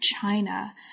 China